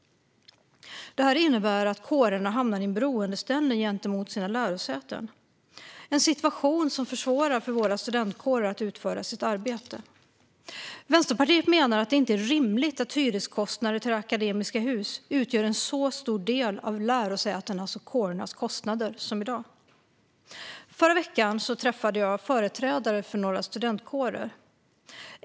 Det innebär att kårerna hamnar i en beroendeställning gentemot sina lärosäten. Det är en situation som försvårar för våra studentkårer att utföra sitt arbete. Vänsterpartiet menar att det inte är rimligt att kostnader för hyror hos Akademiska Hus utgör en så stor del av lärosätenas och kårernas kostnader som i dag. Förra veckan träffade jag företrädare för några studentkårer.